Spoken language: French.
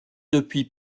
depuis